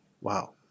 Wow